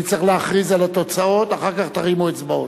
אני צריך להכריז על התוצאות, אחר כך תרימו אצבעות.